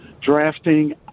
drafting